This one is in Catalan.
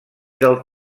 del